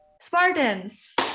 spartans